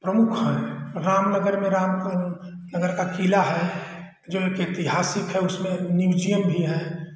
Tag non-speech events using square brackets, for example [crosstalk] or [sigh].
प्रमुख हैं रामनगर में राम [unintelligible] नगर का किला है जो एक ऐतिहासिक है उसमें म्यूज़ीअम भी है